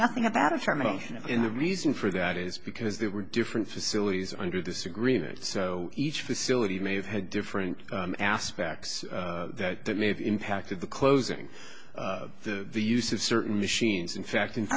nothing about affirmative action in the reason for that is because there were different facilities under this agreement so each facility may have had different aspects that may have impacted the closing the use of certain machines in fact and